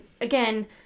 again